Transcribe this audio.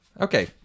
Okay